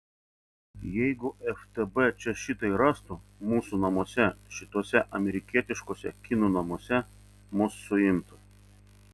jeigu ftb čia šitai rastų mūsų namuose šituose amerikietiškuose kinų namuose mus suimtų